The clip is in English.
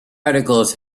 articles